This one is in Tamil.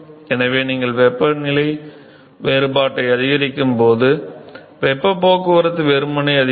எனவே நீங்கள் வெப்பநிலை வேறுபாட்டை அதிகரிக்கும்போது வெப்பப் போக்குவரத்து வெறுமனே அதிகரிக்கும்